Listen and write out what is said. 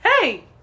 Hey